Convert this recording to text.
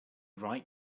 wright